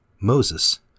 Moses